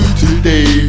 today